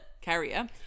carrier